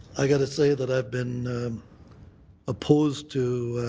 i got to say that i have been opposed to